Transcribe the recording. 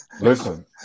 Listen